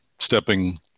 stepping